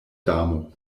damo